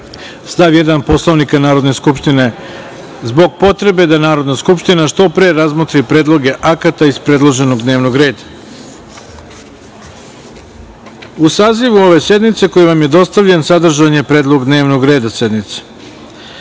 stav 1. Poslovnika Narodne skupštine, zbog potrebe da Narodna skupština što pre razmotri predloge akata iz predloženog dnevnog reda.U sazivu ove sednice koji vam je dostavljen sadržan je predlog dnevnog reda sednice. Pre